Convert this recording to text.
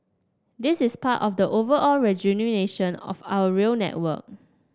this is part of the overall rejuvenation of our rail network